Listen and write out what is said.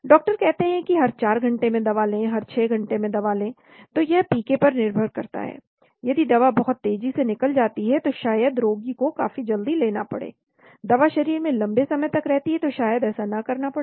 doctor कहते हैं कि हर ४ घंटे में दवा लें हर ६ घंटे में दवा लें तो यह पीके पर निर्भर करता है यदि दवा बहुत तेजी से निकल जाती है तो शायद रोगी को काफी जल्दी लेना पड़े दवा शरीर में लंबे समय तक रहती है तो शायद ऐसा ना करना पड़े